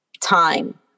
time